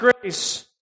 grace